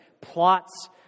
plots